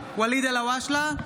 אלהואשלה,